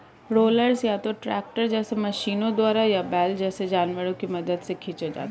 rollers या तो tractor जैसे मशीनों द्वारा या बैल जैसे जानवरों की मदद से खींचे जाते हैं